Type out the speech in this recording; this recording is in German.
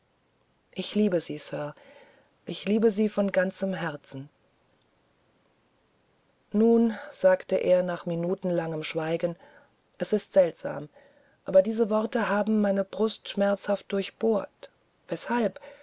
ich liebe sie sir ich liebe sie von ganzem herzen nun sagte er nach minutenlangem schweigen es ist seltsam aber diese worte haben meine brust schmerzhaft durchbohrt weshalb